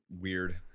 weird